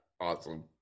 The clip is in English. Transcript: awesome